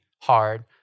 hard